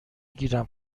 گیرم